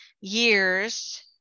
years